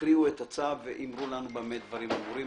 הקריאו את הצו, ואמרו לנו במה דברים אמורים.